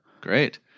Great